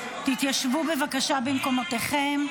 תתיישבו, בבקשה, במקומותיכם.